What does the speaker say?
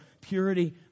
purity